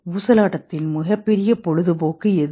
ஊசலாட்டத்தின் மிகப்பெரிய பொழுதுபோக்கு எது